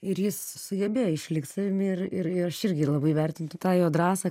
ir jis sugebėjo išlikt savimi ir ir ir aš irgi labai vertin tą jo drąsą